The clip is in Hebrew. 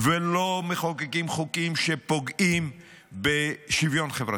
ולא מחוקקים חוקים שפוגעים בשוויון חברתי,